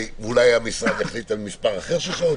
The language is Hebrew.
ואולי המשרד יחליט על מספר אחר של שעות,